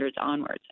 onwards